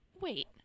Wait